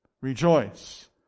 rejoice